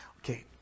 Okay